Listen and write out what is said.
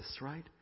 right